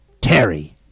Terry